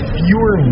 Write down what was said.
fewer